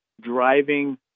driving